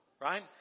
right